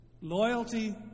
Loyalty